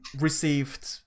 received